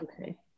Okay